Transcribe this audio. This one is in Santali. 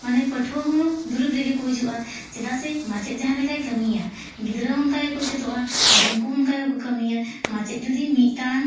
ᱢᱟᱱᱮ ᱯᱟᱹᱴᱷᱩᱣᱟᱹ ᱦᱚᱸ ᱫᱩᱨᱤᱵ ᱨᱮᱜᱮ ᱠᱚ ᱦᱤᱡᱩᱜᱼᱟ ᱪᱮᱫᱟᱜ ᱥᱮ ᱢᱟᱪᱮᱫ ᱡᱟᱦᱟᱸ ᱞᱮᱠᱟᱭ ᱠᱟᱹᱢᱤᱭᱟ ᱜᱤᱫᱽᱨᱟᱹ ᱦᱚᱸ ᱚᱱᱠᱟ ᱜᱮᱠᱚ ᱪᱮᱫᱚᱜᱼᱟ ᱟᱨ ᱩᱱᱠᱩ ᱦᱚᱸ ᱚᱱᱠᱟ ᱜᱮᱠᱚ ᱠᱟᱹᱢᱤᱭᱟ ᱢᱟᱪᱮᱫ ᱡᱩᱫᱤ ᱢᱤᱫ ᱴᱟᱲᱟᱝ